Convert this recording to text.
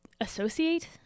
associate